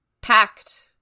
packed